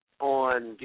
On